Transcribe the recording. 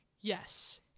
Yes